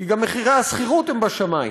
כי גם מחירי השכירות הם בשמים